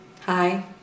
Hi